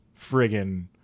friggin